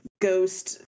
ghost